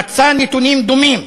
ומצא נתונים דומים,